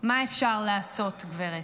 מה אפשר לעשות, גברת,